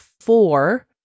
four